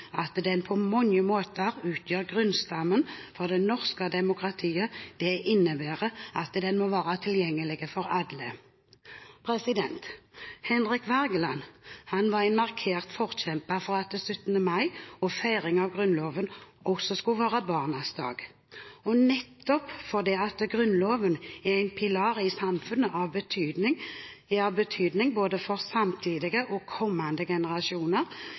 norske demokratiet – innebærer at den må være tilgjengelig for alle. Henrik Wergeland var en markert forkjemper for at 17. mai – feiringen av Grunnloven – også skulle være barnas dag. Nettopp fordi Grunnloven er en pilar i samfunnet – av betydning både for nåværende og for kommende generasjoner